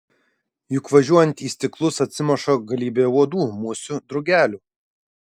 juk važiuojant į stiklus atsimuša galybė uodų musių drugelių